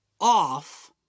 off